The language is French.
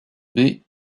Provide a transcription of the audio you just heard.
baie